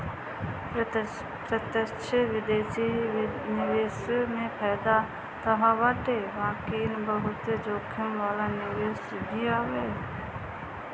प्रत्यक्ष विदेशी निवेश में फायदा तअ बाटे बाकी इ बहुते जोखिम वाला निवेश भी हवे